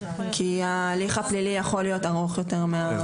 כי ההליך הפלילי יכול להיות ארוך יותר.